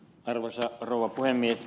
arvoisa rouva puhemies